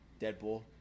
Deadpool